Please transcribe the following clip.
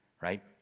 right